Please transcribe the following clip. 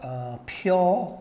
err pure